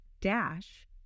dash